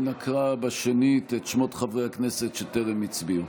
אנא קרא שנית את שמות חברי הכנסת שטרם הצביעו.